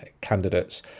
candidates